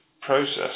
process